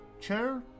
Chair